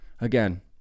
again